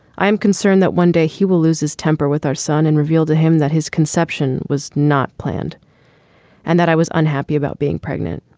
i am concerned that one day he will lose his temper with our son and reveal to him that his conception was not planned and that i was unhappy about being pregnant.